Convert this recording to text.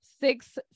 six